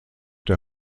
der